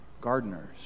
gardeners